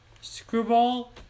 Screwball